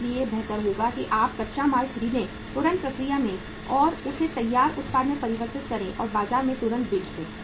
इसलिए बेहतर होगा कि आप कच्चा माल खरीदें तुरंत प्रक्रिया करें और उसे तैयार उत्पाद में परिवर्तित करें और बाजार में तुरंत बेच दें